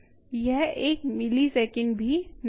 यह एक मिलीसेकंड भी नहीं है